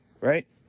right